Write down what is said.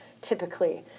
typically